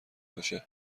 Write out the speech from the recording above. باشه